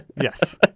Yes